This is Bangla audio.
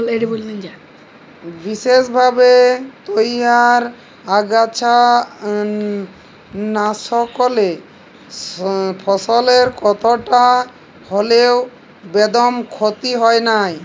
বিসেসভাবে তইয়ার আগাছানাসকলে ফসলের কতকটা হল্যেও বেদম ক্ষতি হয় নাই